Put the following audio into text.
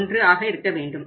331 ஆக இருக்கவேண்டும்